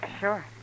sure